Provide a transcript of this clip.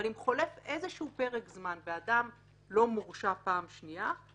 אם חולף פרק זמן ואדם לא מורשע פעם שנייה,